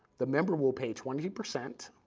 the member will pay twenty percent